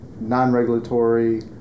non-regulatory